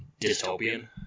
dystopian